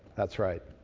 that's right.